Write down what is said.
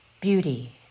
Beauty